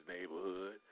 neighborhood